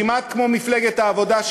כמעט כמו מפלגת העבודה,